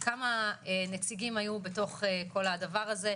כמה נציגים היו בתוך כל הדבר הזה.